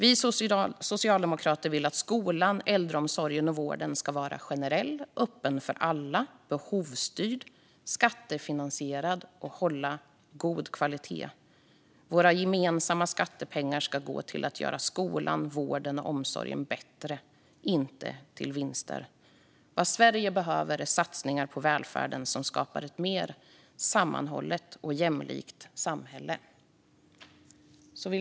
Vi socialdemokrater vill att skolan, äldreomsorgen och vården ska vara generell, öppen för alla, behovsstyrd och skattefinansierad och hålla god kvalitet. Våra gemensamma skattepengar ska gå till att göra skolan, vården och omsorgen bättre, inte till vinster. Vad Sverige behöver är satsningar på välfärden som skapar ett mer sammanhållet och jämlikt samhälle.